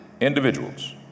individuals